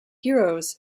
heroes